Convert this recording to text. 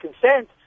consent